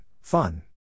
Fun